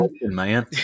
man